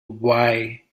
why